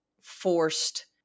forced